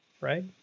right